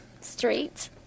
Street